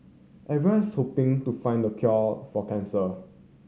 everyone's hoping to find the cure for cancer